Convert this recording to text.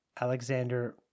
Alexander